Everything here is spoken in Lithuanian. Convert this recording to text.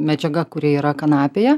medžiaga kuri yra kanapėje